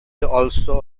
also